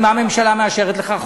מה הממשלה מאשרת לך?